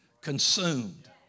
consumed